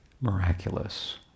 miraculous